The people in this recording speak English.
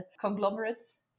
conglomerates